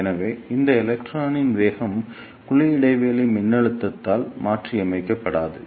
எனவே இந்த எலக்ட்ரானின் வேகம் குழி இடைவெளி மின்னழுத்தத்தால் மாற்றியமைக்கப்படாது